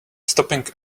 stopping